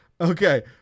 Okay